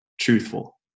truthful